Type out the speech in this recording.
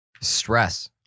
stress